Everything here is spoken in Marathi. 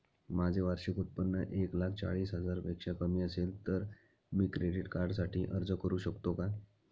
माझे वार्षिक उत्त्पन्न एक लाख चाळीस हजार पेक्षा कमी असेल तर मी क्रेडिट कार्डसाठी अर्ज करु शकतो का?